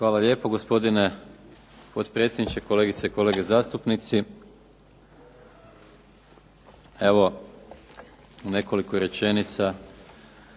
Hvala lijepo gospodine potpredsjedniče, kolegice i kolege zastupnici. Evo nekoliko rečenica